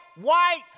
white